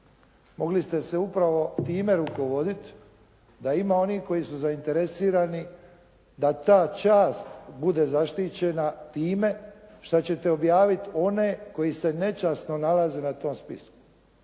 Mogli ste se upravo time rukovoditi da ima onih koji su zainteresirani da ta čast bude zaštićena time šta ćete objaviti one koji se nečasno nalaze na tom spisku.